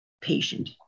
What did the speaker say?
patient